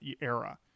era